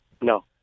No